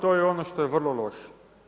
To je ono što je vrlo loše.